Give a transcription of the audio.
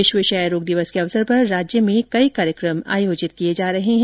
विश्व क्षय रोग दिवस के अवसर पर राज्य में कई कार्यक्रम आयोजित किए जा रहे हैं